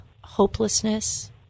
hopelessness